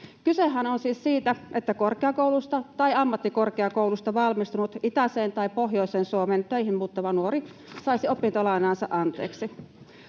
että korkeakoulusta tai ammattikorkeakoulusta valmistunut itäiseen tai pohjoiseen Suomeen töihin muuttava nuori saisi opintolainaansa anteeksi.